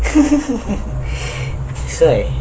that's why